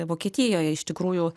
vokietijoje iš tikrųjų